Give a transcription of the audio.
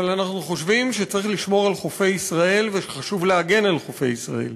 אבל אנחנו חושבים שצריך לשמור על חופי ישראל וחשוב להגן על חופי ישראל.